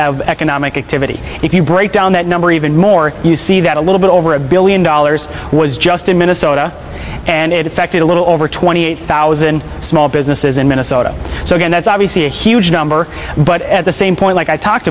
of economic activity if you break down that number even more you see that a little bit over a billion dollars was just in minnesota and it affected a little over twenty eight thousand small businesses in minnesota so again that's obviously a huge number but at the same point like i talked